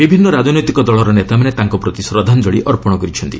ବିଭିନ୍ନ ରାଜନୈତିକ ଦଳର ନେତାମାନେ ତାଙ୍କ ପ୍ରତି ଶ୍ରଦ୍ଧାଞ୍ଜଳି ଅର୍ପଣ କରିଛନ୍ତି